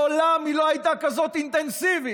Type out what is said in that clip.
מעולם היא לא הייתה כזאת אינטנסיבית,